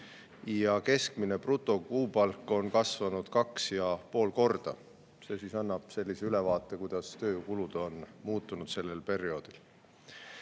ja keskmine brutokuupalk on kasvanud kaks ja pool korda. See annab ülevaate, kuidas tööjõukulud on muutunud sellel perioodil.